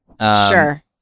Sure